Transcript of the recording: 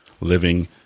living